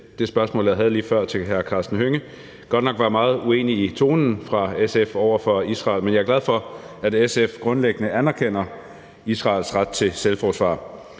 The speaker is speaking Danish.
det spørgsmål, jeg stillede lige før til hr. Karsten Hønge. Jeg var godt nok meget uenig i tonen fra SF over for Israel, men jeg er glad for, at SF grundlæggende anerkender Israels ret til selvforsvar.